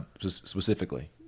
specifically